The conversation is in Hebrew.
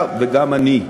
כלומר ה"ביניים"